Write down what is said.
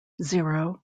zero